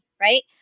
Right